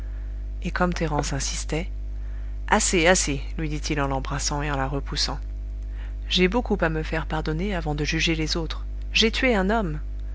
et comme thérence insistait assez assez lui dit-il en l'embrassant et en la repoussant j'ai beaucoup à me faire pardonner avant de juger les autres j'ai tué un homme